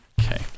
okay